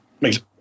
makes